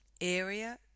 area